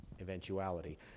eventuality